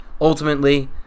ultimately